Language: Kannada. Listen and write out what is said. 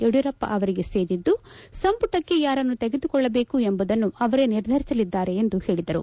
ಯಡಿಯೂರಪ್ಪ ಅವರಿಗೆ ಸೇರಿದ್ದು ಸಂಪುಟಕ್ಕೆ ಯಾರನ್ನು ತೆಗೆದುಕೊಳ್ಳಬೇಕು ಎಂಬುದನ್ನು ಅವರೇ ನಿರ್ಧರಿಸಲಿದ್ದಾರೆ ಎಂದು ಹೇಳಿದರು